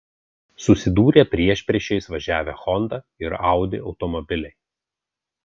susidūrė priešpriešiais važiavę honda ir audi automobiliai